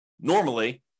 normally